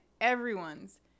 everyone's